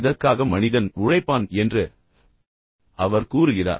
இதற்காக மனிதன் உழைப்பான் என்று அவர் கூறுகிறார்